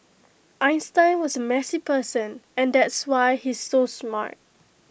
Einstein was A messy person and that's why he's so smart